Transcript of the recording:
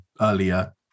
earlier